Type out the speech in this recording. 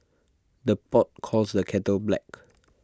the pot calls the kettle black